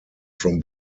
from